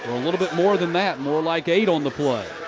a little bit more than that. more like eight on the play.